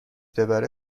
ببره